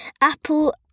apple